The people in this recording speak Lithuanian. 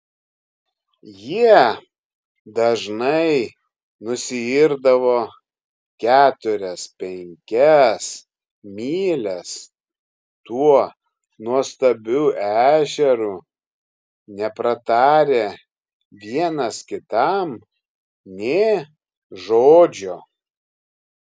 jie dažnai nusiirdavo keturias penkias mylias tuo nuostabiu ežeru nepratarę vienas kitam nė žodžio